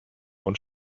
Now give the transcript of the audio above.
und